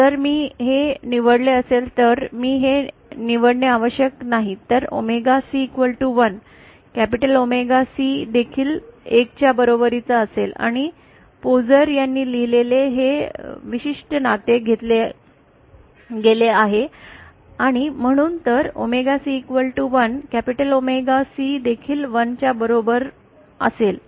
जर मी हे निवडले असेल तर मी हे निवडणे आवश्यक नाही तर omega C 1 capital omega C देखील 1 च्या बरोबर असेल आणि पोझर यांनी लिहिलेले हे विशिष्ट नाते घेतले गेले आहे आणि म्हणूनच तर omega C 1 capital omega C देखील 1 च्या बरोबर असेल